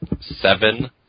seven